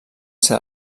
ser